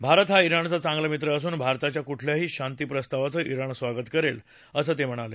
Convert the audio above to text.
भारत हा जिणचा चांगला मित्र असून भारताच्या कुठल्याही शांती प्रस्तावाचं ांत्राण स्वागत करेल असं ते म्हणाले